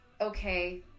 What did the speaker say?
okay